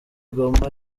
goma